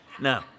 No